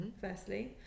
firstly